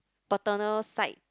paternal side